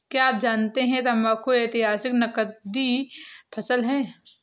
क्या आप जानते है तंबाकू ऐतिहासिक नकदी फसल है